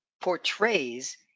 portrays